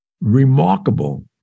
remarkable